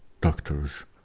doctors